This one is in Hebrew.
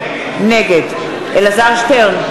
נגד אלעזר שטרן,